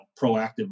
proactive